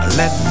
let